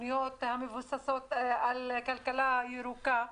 תוכניות המבוססות על כלכלה ירוקה,